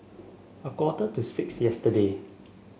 a quarter to six yesterday